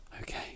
Okay